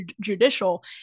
judicial